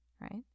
Right